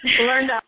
learned